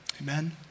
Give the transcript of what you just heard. Amen